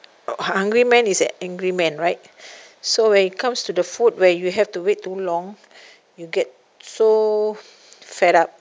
hungry man is an angry man right so when it comes to the food where you have to wait too long you get so fed up